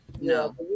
No